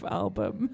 album